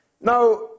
Now